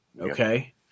Okay